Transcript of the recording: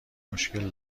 مشکل